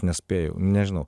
nespėju nežinau